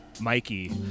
Mikey